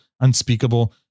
Unspeakable